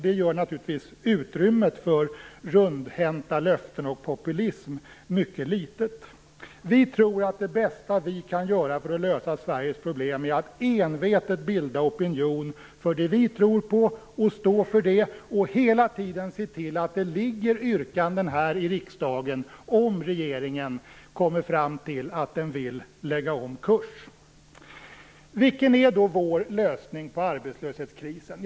Det gör naturligtvis utrymmet för rundhänta löften och populism mycket litet. Vi tror att det bästa vi kan göra för att lösa Sveriges problem är att envetet bilda opinion för det vi tror på och stå för det, och hela tiden se till att det ligger yrkanden här i riksdagen om regeringen kommer fram till att den vill lägga om kurs. Vilken är då vår lösning på arbetslöshetskrisen?